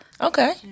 Okay